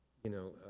you know,